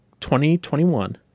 2021